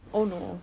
oh no